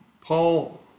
Paul